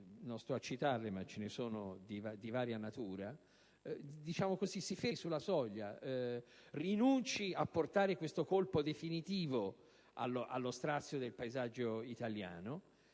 non sto a citare ma che sono di varia natura, si fermi sulla soglia, rinunci a portare questo colpo definitivo allo strazio del paesaggio italiano